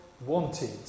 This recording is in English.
wanted